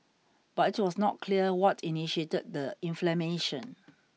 but it was not clear what initiated the inflammation